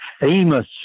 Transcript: famous